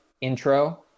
intro